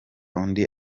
undi